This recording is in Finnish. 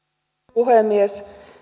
puhemies